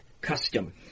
custom